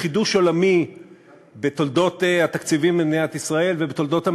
חידוש עולמי בתולדות התקציבים במדינת ישראל ובתולדות המדינות.